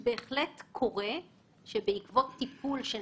בהחלט קורה שבעקבות טיפול נושאי,